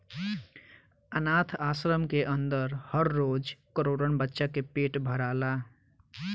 आनाथ आश्रम के अन्दर हर रोज करोड़न बच्चन के पेट भराला